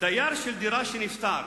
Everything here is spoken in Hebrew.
דייר של דירה שנפטר,